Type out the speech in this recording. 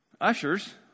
Ushers